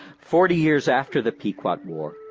forty years after the pequot war,